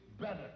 better